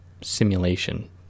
simulation